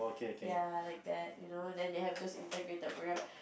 ya like that you know then they have those integrated program